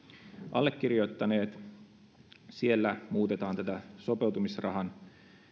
allekirjoittaneet muutetaan tätä sopeutumisrahan